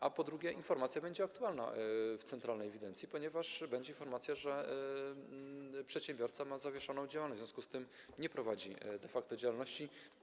A ponadto informacja będzie aktualna w centralnej ewidencji, ponieważ będzie tam podane, że przedsiębiorca ma zawieszoną działalność, w związku z tym nie prowadzi de facto działalności.